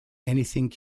anything